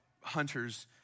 hunters